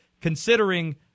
considering –